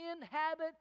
inhabit